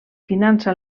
finança